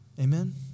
Amen